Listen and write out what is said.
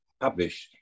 published